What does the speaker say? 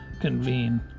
convene